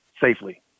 safely